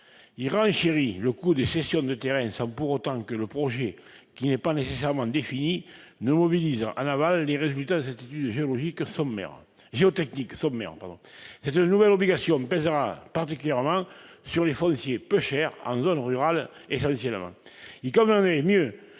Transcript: Il renchérit le coût des cessions de terrain sans pour autant que le projet, qui n'est pas nécessairement défini, mobilise en aval les résultats de cette étude géotechnique sommaire. Cette nouvelle obligation pèsera particulièrement sur les fonciers peu chers, en zone rurale essentiellement. Il conviendrait mieux